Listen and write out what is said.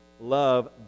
Love